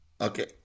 Okay